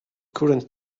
current